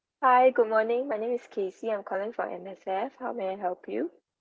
hi good morning my name is casey I'm calling from M_S_F how may I help you